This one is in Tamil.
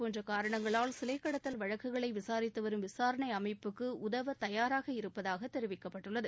போன்ற காரணங்களால் சிலை கடத்தல் வழக்குகளை விசாரித்து வரும் விசாரணை அமைப்புக்கு உதவ தயாராக இருப்பதாக தெரிவிக்கப்பட்டுள்ளது